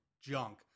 junk